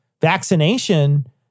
vaccination